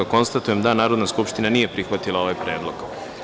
Konstatujem da Narodna skupština nije prihvatila ovaj predlog.